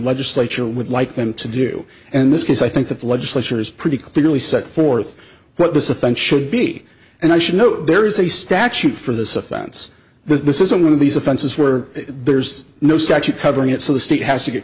legislature would like them to do and this case i think that the legislature is pretty clearly set forth what this offense should be and i should know there is a statute for this offense but this isn't one of these offenses where there's no statute covering it so the state has to get